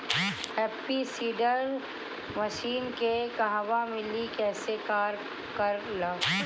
Happy seeder machine के कहवा मिली कैसे कार कर ला?